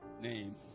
name